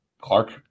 Clark